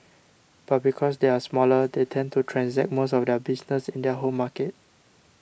but because they are smaller they tend to transact most of their business in their home markets